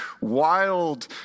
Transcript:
wild